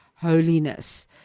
Holiness